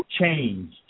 change